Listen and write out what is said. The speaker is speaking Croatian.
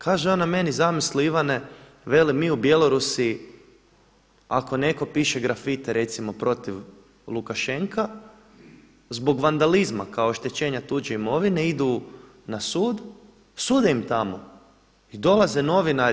Kaže ona meni zamisli Ivane veli mi u Bjelorusiji ako neko piše grafite recimo protiv Lukašenka zbog vandalizma kao oštećenja tuđe imovine idu na sud, sude im tamo i dolaze novinari.